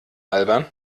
albern